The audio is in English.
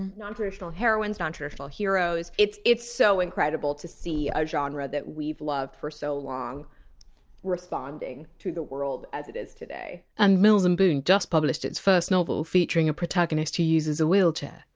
nontraditional heroines nontraditional heroes. yeah, it's so incredible to see a genre that we've loved for so long responding to the world as it is today and mills and boon just published its first novel featuring a protagonist who uses a wheelchair.